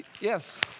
yes